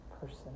person